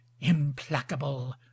implacable